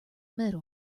middle